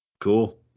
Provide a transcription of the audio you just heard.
Cool